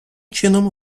чином